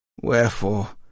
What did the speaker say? Wherefore